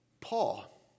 Paul